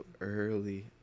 early